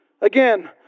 Again